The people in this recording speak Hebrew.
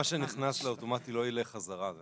מה שנכנס לאוטומט לא יילך חזרה.